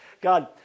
God